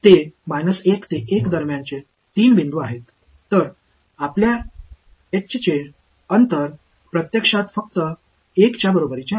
எனவே இது 5 ஆக மதிப்பிடுகிறது